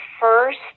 first